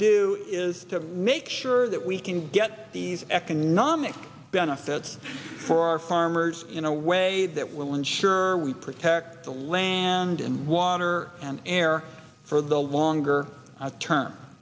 do is to make sure that we can get these economic benefits for our farmers in a way that will ensure we protect the land and water and air for the longer term